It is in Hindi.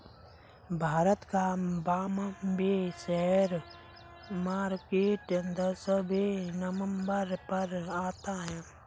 भारत का बाम्बे शेयर मार्केट दसवें नम्बर पर आता है